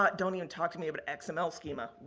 don't don't even talk to me about an xml schema.